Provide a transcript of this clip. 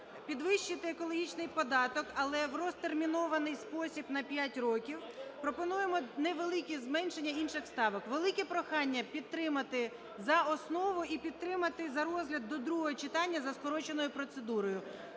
підвищити екологічний податок, але в розтермінований спосіб – на 5 років. Пропонуємо невеликі зменшення інших ставок. Велике прохання підтримати за основу і підтримати за розгляд до другого читання за скороченою процедурою,